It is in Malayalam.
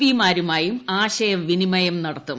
പി മാരുമായും ആശയവിനിമയം നടത്തും